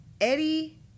Eddie